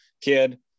kid